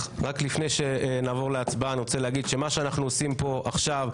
לפני שנעבור להצבעה אני רוצה להגיד שמה שאנחנו עושים פה עכשיו,